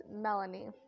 Melanie